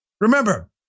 Remember